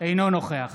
אינו נוכח